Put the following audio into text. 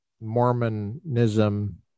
Mormonism